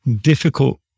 difficult